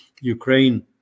Ukraine